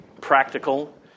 practical